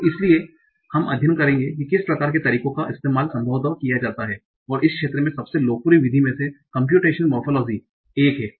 तो इसीलिए हम अध्ययन करेंगे कि किस प्रकार के तरीकों का इस्तेमाल संभवत किया जाता है और इस क्षेत्र में सबसे लोकप्रिय विधि में से कम्प्यूटेशनल मोरफोलोजी एक है